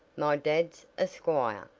my dad's a squire!